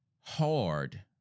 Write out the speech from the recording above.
hard